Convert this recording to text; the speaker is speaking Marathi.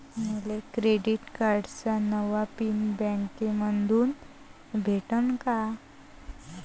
मले क्रेडिट कार्डाचा नवा पिन बँकेमंधून भेटन का?